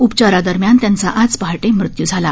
उपचारादरम्यान त्यांचा आज पहाटे त्यांचा मृत्यू झाला